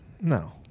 No